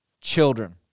children